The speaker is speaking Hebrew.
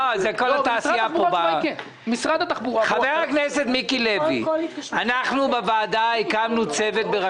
שר התחבורה והבטיחות בדרכים בצלאל